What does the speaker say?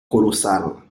colossales